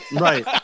Right